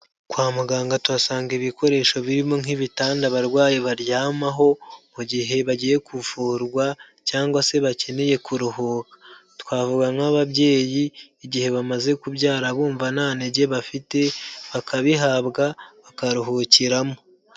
Kwa muganga tuhasanga ibikoresho birimo nk'ibitanda abarwayi baryamaho mu gihe bagiye kuvurwa cyangwa se bakeneye kuruhuka. Twavuga nk'ababyeyi igihe bamaze kubyara bumva nta ntege bafite, bakabihabwa, bakaruhukiramo.